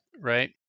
right